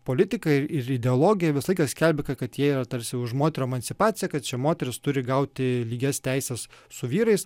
politika ir ideologija visą laiką skelbė ka kad jie tarsi už moterų emancipaciją kad čia moterys turi gauti lygias teises su vyrais